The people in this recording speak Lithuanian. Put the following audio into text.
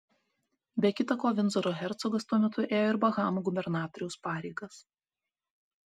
be kita ko vindzoro hercogas tuo metu ėjo ir bahamų gubernatoriaus pareigas